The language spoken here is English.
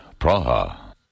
Praha